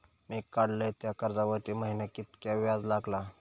मी काडलय त्या कर्जावरती महिन्याक कीतक्या व्याज लागला?